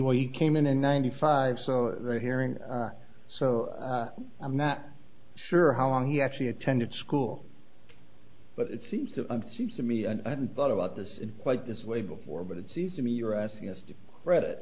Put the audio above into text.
when he came in in ninety five so hearing so i'm not sure how long he actually attended school but it seems to seems to me and i hadn't thought about this in quite this way before but it seems to me you're asking us to credit